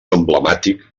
emblemàtic